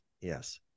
Yes